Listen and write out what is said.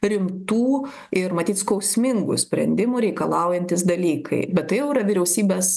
rimtų ir matyt skausmingų sprendimų reikalaujantys dalykai bet tai jau yra vyriausybės